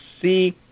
see